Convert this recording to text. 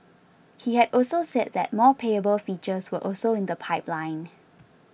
he had also said that more payable features were also in the pipeline